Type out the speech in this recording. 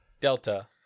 Delta